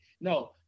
No